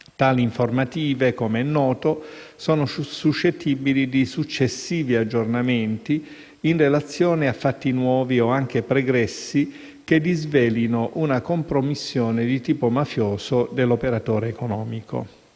Tali informative - com'è noto - sono suscettibili di successivi aggiornamenti, in relazione a fatti nuovi o anche pregressi che disvelino una compromissione di tipo mafioso dell'operatore economico.